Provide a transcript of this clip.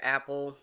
Apple